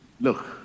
look